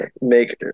Make